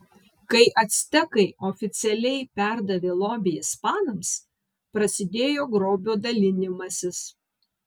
kai actekai oficialiai perdavė lobį ispanams prasidėjo grobio dalinimasis